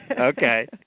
Okay